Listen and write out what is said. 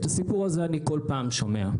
את הסיפור הזה אני כל הזמן שומע.